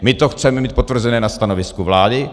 My to chceme mít potvrzené na stanovisku vlády.